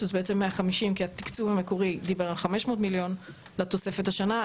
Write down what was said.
שזה בעצם 150 כי התקצוב המקורי דיבר על 500 מיליון לתוספת השנה.